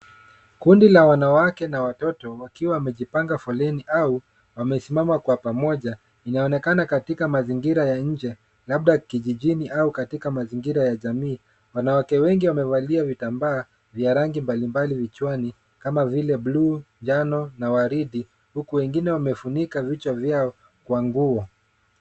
Kundi la wanawake na watoto wakiwa wamejipanga foleni au wamesimama kwa pamoja. Inaonekana katika mazingira ya nje labda kijijini au katika mazingira ya jamii. Wanawake wengi wamevalia vitambaa vya rangi mbalimbali vichwani kama vile blue , njano na waridi huku wengine wamefunika vichwa vyao kwa nguo.